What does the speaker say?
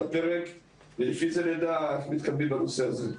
הפרק ולפי זה נדע איך מתקדמים בנושא הזה.